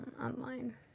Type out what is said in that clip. online